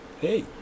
hey